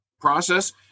process